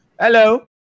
hello